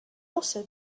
also